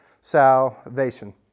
salvation